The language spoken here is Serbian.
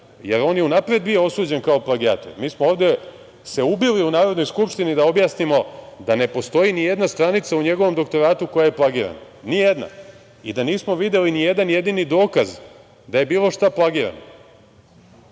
jer on je unapred bio osuđen kao plagijator. Mi smo se ovde ubili u Narodnoj skupštini da objasnimo da ne postoji nijedna stranica u njegovom doktoratu koja je plagirana, nijedna i da nismo videli nijedan jedini dokaz da je bilo šta plagirano.